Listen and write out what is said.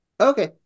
Okay